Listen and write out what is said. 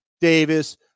Davis